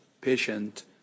patient